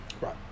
right